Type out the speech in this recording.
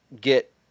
get